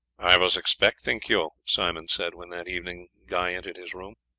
i was expecting you, simon said, when that evening guy entered his room.